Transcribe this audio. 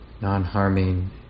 non-harming